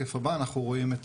רואים את